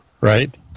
right